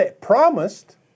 promised